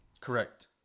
Correct